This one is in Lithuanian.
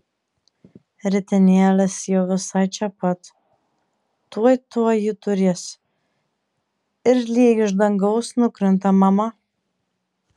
ritinėlis jau visai čia pat tuoj tuoj jį turės ir lyg iš dangaus nukrinta mama